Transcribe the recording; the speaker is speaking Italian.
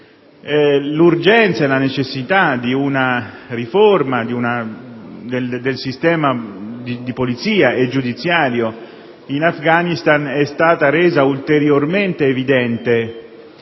L'urgenza e la necessità di una riforma del sistema di polizia e di quello giudiziario in Afghanistan sono state rese ulteriormente evidenti